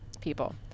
people